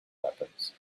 weapons